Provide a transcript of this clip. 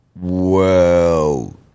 Whoa